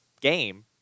game